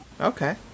Okay